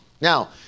Now